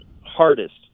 hardest